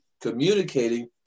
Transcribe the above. communicating